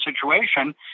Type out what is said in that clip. situation